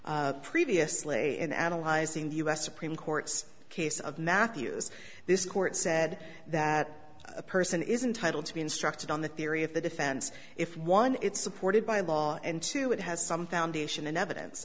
out previously in analyzing the u s supreme court's case of matthews this court said that a person is entitle to be instructed on the theory of the defense if one is supported by law and two it has some foundation in evidence